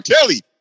Kelly